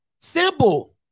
Simple